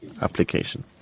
application